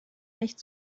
nicht